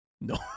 No